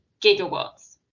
gigawatts